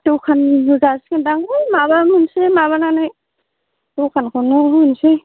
दखान होजासिगोन दां हाय माबा मोनसे माबानानै दखानखौनो होनोसै